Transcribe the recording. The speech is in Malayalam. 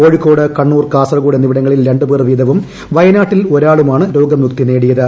കോഴിക്കോട് കണ്ണൂർ കാസർകോഡ് എന്നിവിടങ്ങളിൽ രണ്ട് പേർ വീതവും വയനാട്ടിൽ ഒരാളുമാണ് രോഗമുക്തി നേടിയത്